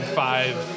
five